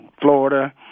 Florida